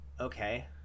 okay